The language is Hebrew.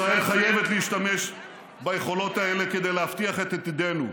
ישראל חייבת להשתמש ביכולות האלה כדי להבטיח את עתידנו,